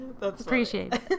Appreciate